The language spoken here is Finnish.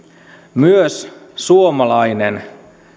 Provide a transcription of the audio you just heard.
myös suomalainen